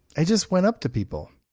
i just went up to people.